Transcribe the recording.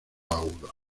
agudos